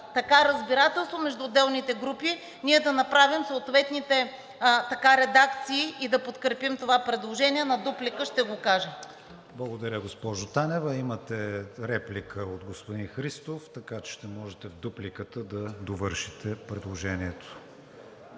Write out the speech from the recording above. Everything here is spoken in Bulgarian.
за разбирателство между отделните групи, ние да направим съответните редакции и да подкрепим това предложение. На дуплика ще го кажа. ПРЕДСЕДАТЕЛ КРИСТИАН ВИГЕНИН: Благодаря, госпожо Танева. Имате реплика от господин Христов, така че ще можете в дупликата да довършите предложението.